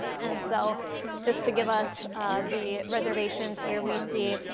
and so just to give us the reservations here, we see,